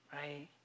right